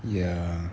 ya